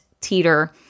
teeter